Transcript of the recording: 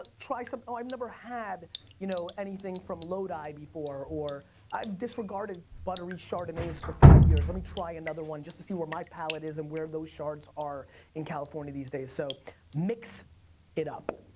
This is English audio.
ah try something, oh i've never had you know anything from lodi before. or i've disregarded buttery chardonnays for five years. let me try another one just to see where my palate is and where those chards are in california these days. so mix it up.